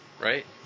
right